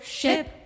Ship